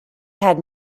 had